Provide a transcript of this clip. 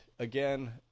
again